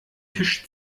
tisch